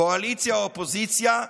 קואליציה או אופוזיציה,